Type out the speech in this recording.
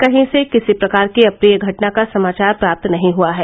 कहीं से किसी प्रकार की अप्रिय घटना का समाचार प्राप्त नहीं हुआ है